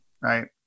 right